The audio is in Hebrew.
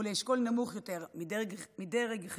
לאשכול נמוך יותר מדרג חברתי-כלכלי,